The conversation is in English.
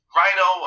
Rhino